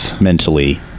mentally